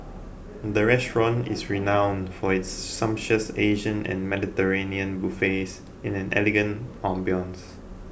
the restaurant is renowned for its sumptuous Asian and Mediterranean buffets in an elegant ambience